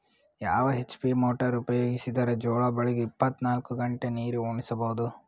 ಯಾವ HP motor ಉಪಯೋಗಿಸಿದರ ಜೋಳ ಬೆಳಿಗ ಇಪ್ಪತ ನಾಲ್ಕು ಗಂಟೆ ನೀರಿ ಉಣಿಸ ಬಹುದು?